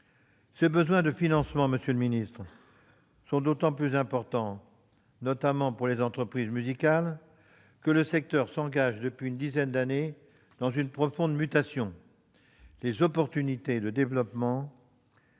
ces besoins de financement sont d'autant plus importants, notamment pour les entreprises musicales, que le secteur s'engage depuis une dizaine d'années dans une profonde mutation. Les opportunités de développement